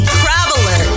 traveler